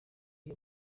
iyo